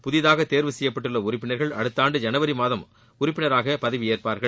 புதிதாக தேர்வு செய்யப்பட்டுள்ள உறுப்பினர்கள் அடுத்த ஆண்டு ஜனவரி மாதம் உறுப்பினராக பதவியேற்பார்கள்